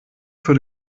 für